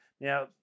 Now